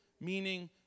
meaning